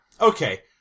Okay